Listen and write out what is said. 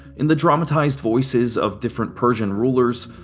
in the dramatized voices of different persian rulers,